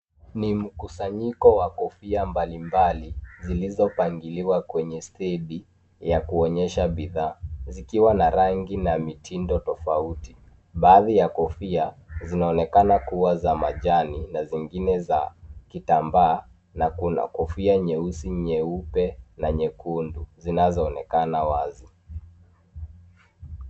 Ni mkusanyiko wa kofia mbalimbali zilizopangwa kwenye stendi ya kuonyesha bidhaa zikiwa na rangi na mitindo tofauti, baadhi ya kofia zinaonekana kuwa za majani na zingine za kitambaa na kuna kofia nyeusi, nyeupe na nyekundu zinazoonekana wazi.